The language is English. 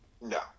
No